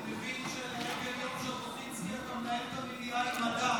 אני מבין שלרגל יום ז'בוטינסקי אתה מנהל את המליאה עם הדר.